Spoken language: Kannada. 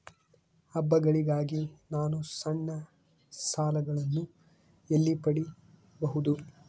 ಹಬ್ಬಗಳಿಗಾಗಿ ನಾನು ಸಣ್ಣ ಸಾಲಗಳನ್ನು ಎಲ್ಲಿ ಪಡಿಬಹುದು?